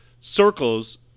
circles